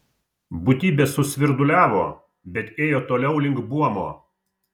būtybė susvirduliavo bet ėjo toliau link buomo